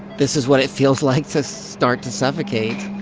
this is what it feels like to start to suffocate